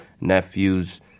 Nephews